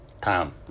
time